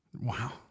Wow